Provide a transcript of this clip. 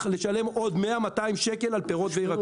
לשלם עוד 200-100 שקל על פירות וירקות.